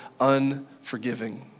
unforgiving